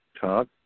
talk